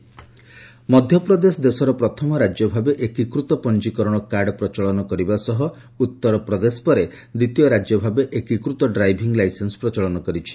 MP card Madhya Pradesh ଦେଶର ପ୍ରଥମ ରାଜ୍ୟ ଭାବେ ଏକୀକୃତ ପଞ୍ଜିକରଣ କାର୍ଡ ପ୍ରଚଳନ କରିବା ସହ ଉତ୍ତରପ୍ରଦେଶ ପରେ ଦ୍ୱିତୀୟ ରାଜ୍ୟ ଭାବେ ଏକୀକୃତ ଡ୍ରାଇଭିଂ ଲାଇସେନ୍ନ ପ୍ରଚଳନ କରିଛି